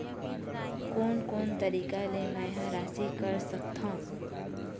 कोन कोन तरीका ले मै ह राशि कर सकथव?